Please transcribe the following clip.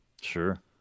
Sure